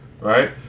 right